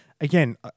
again